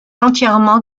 entièrement